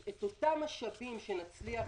את אותם משאבים שנצליח